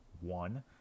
One